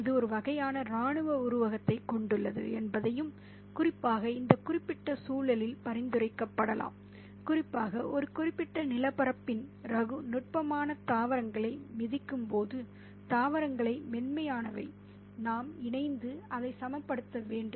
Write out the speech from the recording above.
இது ஒரு வகையான இராணுவ உருவகத்தைக் கொண்டுள்ளது என்பதையும் குறிப்பாக இந்த குறிப்பிட்ட சூழலில் பரிந்துரைக்கப்படலாம் குறிப்பாக ஒரு குறிப்பிட்ட நிலப்பரப்பின் ரகு நுட்பமான தாவரங்களை மிதிக்கும் போது தாவரங்களை மென்மையானவை நாம் இணைந்து அதை சமப்படுத்த வேண்டும்